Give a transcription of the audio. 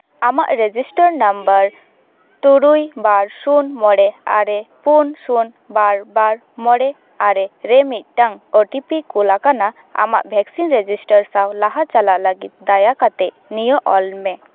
ᱟᱢᱟᱜ register number ᱛᱩᱨᱩᱭ ᱵᱟᱨ ᱥᱩᱱ ᱢᱚᱬᱮ ᱟᱨᱮ ᱯᱩᱱ ᱥᱩᱱ ᱵᱟᱨ ᱵᱟᱨ ᱢᱚᱬᱮ ᱟᱨᱮ ᱢᱤᱫᱴᱟᱝ ᱳᱴᱤᱯᱤ ᱠᱚᱞ ᱟᱠᱟᱱᱟ ᱟᱢᱟᱜ ᱵᱷᱮᱠᱥᱤᱱ ᱨᱮᱡᱤᱥᱴᱟᱨ ᱥᱟᱶ ᱞᱟᱦᱟ ᱪᱟᱞᱟᱜ ᱞᱟᱹᱜᱤᱫ ᱫᱟᱭᱟ ᱠᱟᱛᱮ ᱱᱤᱭᱟᱹ ᱚᱞ ᱢᱮ